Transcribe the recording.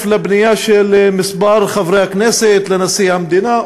לפנייה של כמה חברי כנסת לנשיא המדינה,